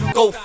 go